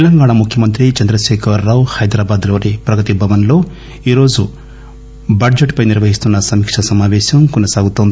తెలంగాణ ముఖ్యమంత్రి చంద్రశేఖర రావు హైదరాబాద్ లోని ప్రగతి భవన్ లో ఈ రోజు బడ్జెట్ పై నిర్వహిస్తున్న సమీకా సమాపేశం కొనసాగుతోంది